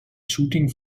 shooting